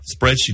spreadsheet